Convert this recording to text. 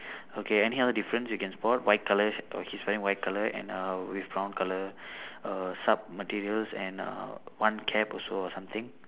okay any other difference you can spot white colour he's wearing white colour and uh with brown colour err sub materials and uh one cap also or something